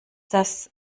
das